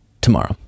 tomorrow